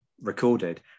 recorded